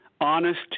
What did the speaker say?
honest